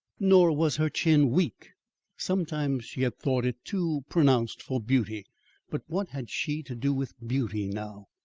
nor was her chin weak sometimes she had thought it too pronounced for beauty but what had she to do with beauty now?